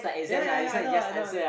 ya ya ya I know I know I know